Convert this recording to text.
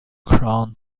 crown